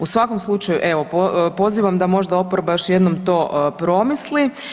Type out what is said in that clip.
U svakom slučaju evo pozivam da možda oporba još jednom to promisli.